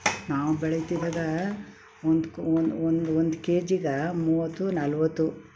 ನಾವು ಬೆಳೆಯುತ್ತಿದ್ದಾಗ ಒಂದು ಕೊ ಒಂದು ಒಂದು ಒಂದು ಕೆಜಿಗೆ ಮೂವತ್ತು ನಲವತ್ತು